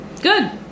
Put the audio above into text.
Good